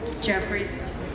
Jeffries